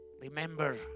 Remember